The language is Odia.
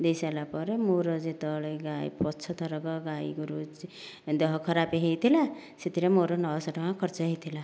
ଦେଇସାରିଲା ପରେ ମୋର ଯେତେବେଳେ ଗାଈ ପଛ ଥରକ ଗାଈଗୋରୁ ଦେହ ଖରାପ ହେଇଥିଲା ସେଥିରେ ମୋର ନଅଶହ ଟଙ୍କା ଖର୍ଚ୍ଚ ହେଇଥିଲା